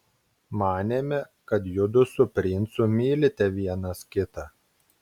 manėme kad judu su princu mylite vienas kitą